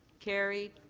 carried.